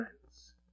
friends